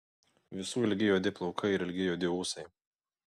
visų ilgi juodi plaukai ir ilgi juodi ūsai